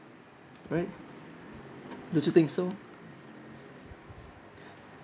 right don't you think so